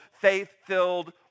faith-filled